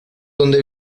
donde